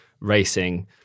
racing